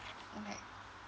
okay